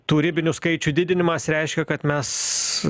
tų ribinių skaičių didinimas reiškia kad mes